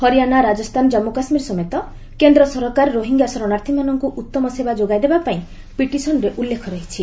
ହରିଆଣା ରାଜସ୍ଥାନ ଜାଞ୍ଚୁ କାଶ୍ମୀର ସମେତ କେନ୍ଦ୍ର ସରକାର ରୋହିଙ୍ଗ୍ୟା ସରଣାର୍ଥୀମାନଙ୍କୁ ଉତ୍ତମ ସେବା ଯୋଗାଇ ଦେବା ପାଇଁ ପିଟିସନ୍ରେ ଉଲ୍ଲେଖ ରହିଛି